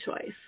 choice